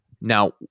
Now